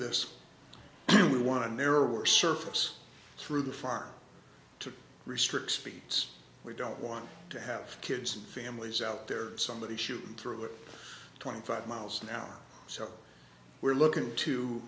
this we want to narrower surface through the farm to restrict speeds we don't want to have kids and families out there somebody shoot through it twenty five miles an hour so we're looking to